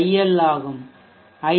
L ஆகும் ஐ